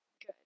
good